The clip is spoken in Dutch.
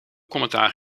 commentaar